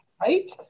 right